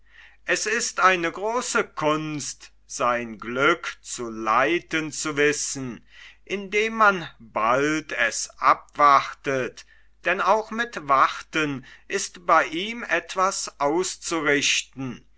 es ist eine große kunst sein glück zu leiten zu wissen indem man bald es abwartet denn auch mit warten ist bei ihm etwas auszurichten